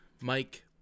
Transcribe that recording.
Mike